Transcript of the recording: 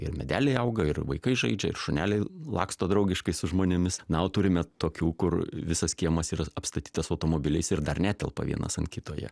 ir medeliai auga ir vaikai žaidžia ir šuneliai laksto draugiškai su žmonėmis na turime tokių kur visas kiemas yra apstatytas automobiliais ir dar netelpa vienas ant kito jie